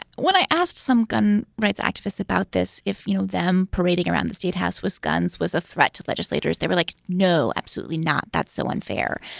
when i asked some gun rights activists about this, if you know them parading around the state was guns, was a threat to legislators. they were like, no, absolutely not. that's so unfair.